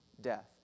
death